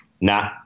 Nah